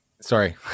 sorry